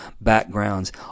backgrounds